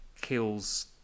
kills